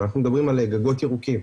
אנחנו מדברים על גגות ירוקים.